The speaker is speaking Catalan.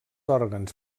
òrgans